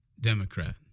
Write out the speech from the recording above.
Democrat